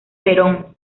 perón